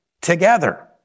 together